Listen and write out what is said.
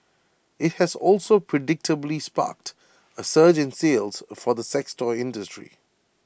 IT has also predictably sparked A surge in sales for the sex toy industry